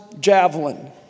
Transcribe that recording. javelin